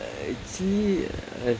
I see I